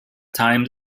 times